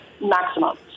maximum